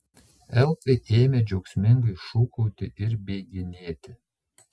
elfai ėmė džiaugsmingai šūkauti ir bėginėti